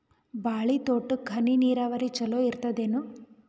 ಬಾಳಿ ತೋಟಕ್ಕ ಹನಿ ನೀರಾವರಿ ಚಲೋ ಇರತದೇನು?